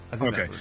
Okay